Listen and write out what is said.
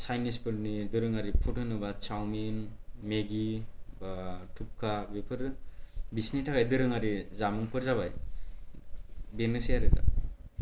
Chinese फोरनि दोरोङारि food होनोब्ला चावमिन मिगि थुबखा बेफोर बिसिनि थाखाय दोरोङारि जामुंफोर जाबाय बेनोसै आरो दा